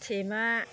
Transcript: थेमा